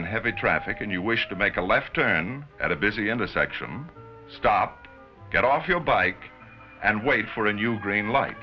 in heavy traffic and you wish to make a left turn at a busy intersection stop get off your bike and wait for a new green light